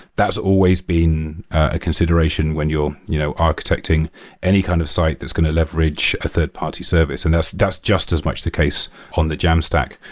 that's always been a consideration when you're you know architecting any kind of site that's going to leverage third-party service, and that's just as much the case on the jamstack.